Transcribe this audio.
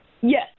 Yes